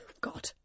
God